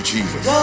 Jesus